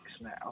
now